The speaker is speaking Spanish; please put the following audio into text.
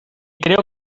creo